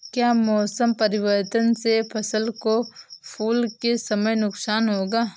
क्या मौसम परिवर्तन से फसल को फूल के समय नुकसान होगा?